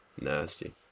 Nasty